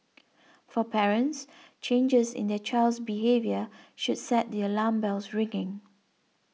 for parents changes in their child's behaviour should set the alarm bells ringing